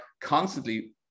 constantly